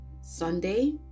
sunday